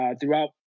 throughout